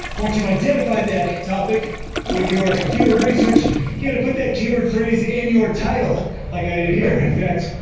once you've identified that topic with your keyword research, you got to put that keyword phrase in your title like i did here. in fact,